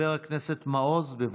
חבר הכנסת מעוז, בבקשה.